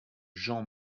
jean